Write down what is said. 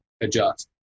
adjust